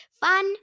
Fun